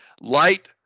light